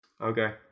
okay